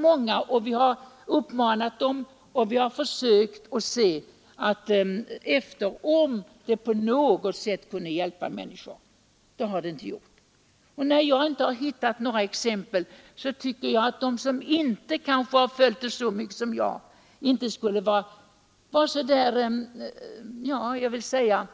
Men jag har som sagt följt många patienter och uppmanat dem att försöka utröna om medlet kan ha hjälpt på något sätt, men det har det inte gjort. Och när jag inte har hittat något exempel på förbättring och bot, så tycker jag att de som inte har följt sjukdomsförloppen lika mycket som jag skulle vara litet mindre